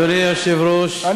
אדוני היושב-ראש,